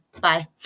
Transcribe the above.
bye